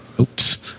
Oops